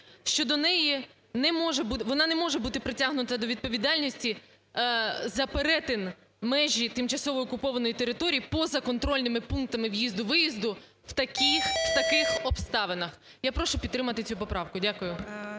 вона не може бути притягнута до відповідальності за перетин межі тимчасово окупованої території поза контрольними пунктами в'їзду-виїзду в таких обставинах. Я прошу підтримати цю поправку. Дякую.